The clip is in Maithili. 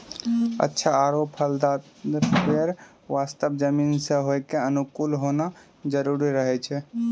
अच्छा आरो फलदाल पेड़ वास्तॅ जमीन भी होकरो अनुकूल होना जरूरी रहै छै